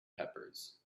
peppers